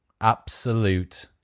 Absolute